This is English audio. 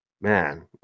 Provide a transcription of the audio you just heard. man